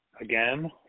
again